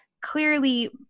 clearly